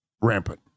rampant